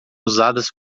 usadas